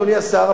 אדוני השר,